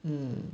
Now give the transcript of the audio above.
mm